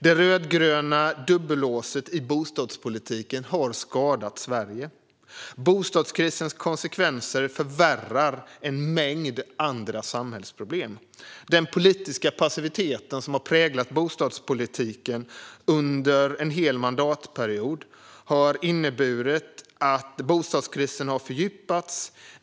Det rödgröna dubbellåset i bostadspolitiken har skadat Sverige. Bostadskrisens konsekvenser förvärrar en mängd andra samhällsproblem. Den politiska passivitet som har präglat bostadspolitiken under en hel mandatperiod har inneburit att bostadskrisen har fördjupats.